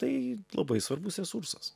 tai labai svarbus resursas